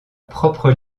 propre